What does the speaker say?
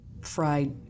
fried